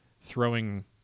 throwing